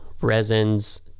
resins